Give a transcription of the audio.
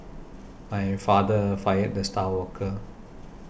my father fired the star worker